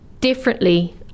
differently